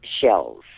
shells